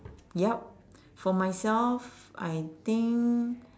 yup for myself I think